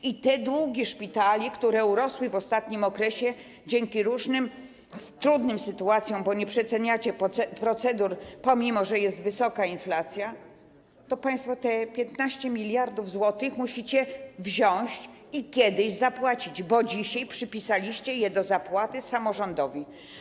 I te długi szpitali, które urosły w ostatnim okresie dzięki różnym trudnym sytuacjom, bo nie przeceniacie procedur, pomimo że jest wysoka inflacja, te 15 mld zł państwo musicie wziąć i kiedyś zapłacić, a dzisiaj przypisaliście je do zapłaty samorządowi.